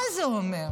מה זה אומר?